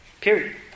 Period